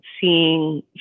seeing